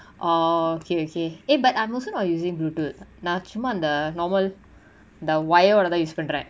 orh okay okay eh but I'm also not using bluetooth நா சும்மா இந்த:na summa intha normal the wire ஒடதா:odatha use பன்ர:panra